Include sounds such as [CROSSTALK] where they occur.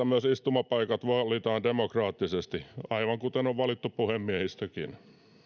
[UNINTELLIGIBLE] myös istumapaikat valitaan demokraattisesti aivan kuten on valittu puhemiehistökin